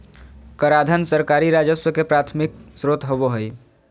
कराधान सरकारी राजस्व के प्राथमिक स्रोत होबो हइ